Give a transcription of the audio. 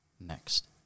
next